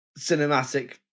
cinematic